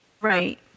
Right